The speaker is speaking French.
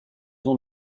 ont